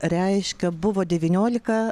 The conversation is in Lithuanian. reiškia buvo devyniolika